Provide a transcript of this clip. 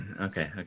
okay